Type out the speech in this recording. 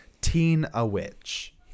Teen-A-Witch